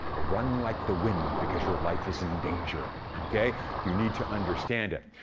run like the wind because your life is in danger. okay, you need to understand it.